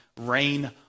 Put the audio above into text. rain